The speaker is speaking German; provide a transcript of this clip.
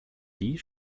die